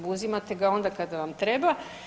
Uzimate ga onda kada vam treba.